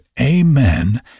amen